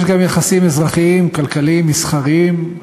יש גם יחסים אזרחיים, כלכליים, מסחריים.